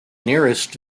nearest